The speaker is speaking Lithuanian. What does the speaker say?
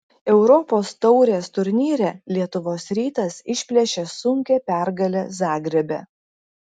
europos taurės turnyre lietuvos rytas išplėšė sunkią pergalę zagrebe